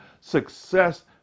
success